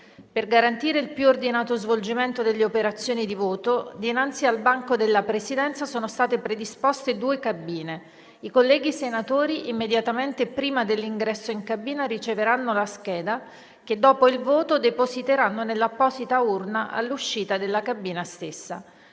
Per garantire il più ordinato svolgimento delle operazioni di voto, dinanzi al banco della Presidenza sono state predisposte due cabine. I colleghi senatori, immediatamente prima dell'ingresso in cabina, riceveranno dagli assistenti parlamentari la scheda che, dopo il voto, depositeranno nell'apposita urna all'uscita della cabina stessa.